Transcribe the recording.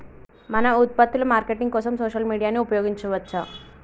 మన ఉత్పత్తుల మార్కెటింగ్ కోసం సోషల్ మీడియాను ఉపయోగించవచ్చా?